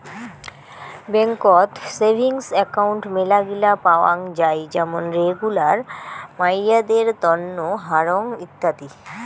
বেংকত savings account মেলাগিলা পাওয়াং যাই যেমন রেগুলার, মাইয়াদের তন্ন, হারং ইত্যাদি